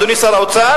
אדוני שר האוצר,